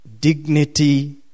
dignity